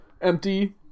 empty